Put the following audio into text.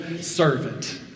servant